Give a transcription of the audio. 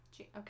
Okay